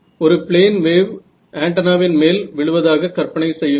ஒரு plane wave ஆன்டென்னாவின் மேல் விழுவதாக கற்பனை செய்யுங்கள்